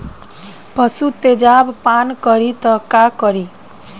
पशु तेजाब पान करी त का करी?